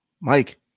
Mike